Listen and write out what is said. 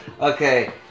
okay